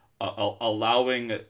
allowing